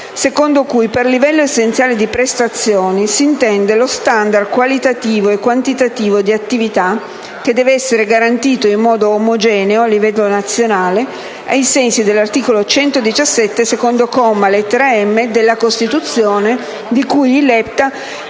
secondo cui per livello essenziale di prestazioni e si intende lo *standard* qualitativo e quantitativo di attività che deve essere garantito in modo omogeneo a livello nazionale, ai sensi dell'articolo 117, secondo comma, lettera *m)*, della Costituzione, di cui i LEPTA